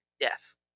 Yes